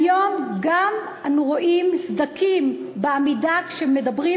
היום אנחנו גם רואים סדקים בעמידה: מדברים